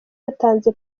yatanze